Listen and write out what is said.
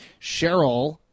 Cheryl